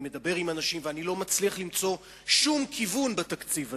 אני מדבר עם אנשים ואני לא מצליח למצוא שום כיוון בתקציב הזה.